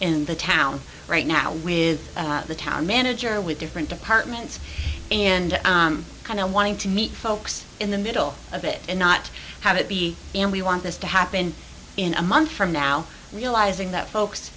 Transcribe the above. in the town right now with the town manager with different departments and kind of wanting to meet folks in the middle of it and not have it be and we want this to happen in a month from now realizing that folks